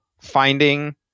finding